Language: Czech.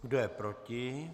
Kdo je proti?